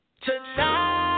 Tonight